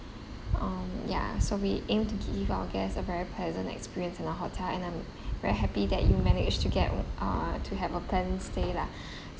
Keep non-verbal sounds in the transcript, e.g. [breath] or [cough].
um ya so we aim to give our guests a very pleasant experience in our hotel and I'm very happy that you managed to get what uh to have a pleasant stay lah [breath]